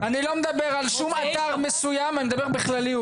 אני לא מדבר על אתר מסוים, אני מדבר בכלליות.